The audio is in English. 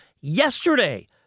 yesterday